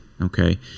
okay